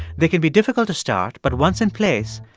they can be difficult to start but once in place,